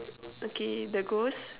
okay the ghost